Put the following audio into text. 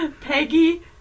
Peggy